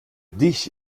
dich